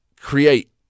create